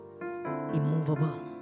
immovable